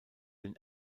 den